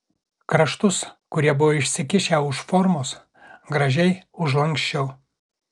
kraštus kurie buvo išsikišę už formos gražiai užlanksčiau